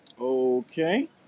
Okay